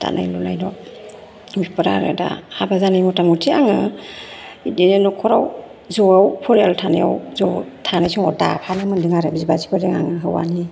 दानाय लुनायल' आमफ्राय दा हाबा जानाया मुथा मुथि आङो बिदिनो नखराव ज'आव फरियाल थानायाव ज' थानाय समाव दाफानो मोनदों आरो बिबाजैफोर आं हौवानि